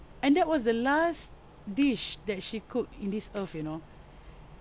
and that was the last dish that she cook in this earth you know